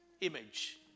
image